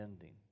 ending